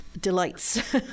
delights